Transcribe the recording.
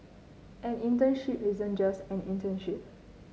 an internship isn't just an internship